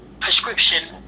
prescription